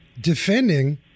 defending